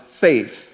faith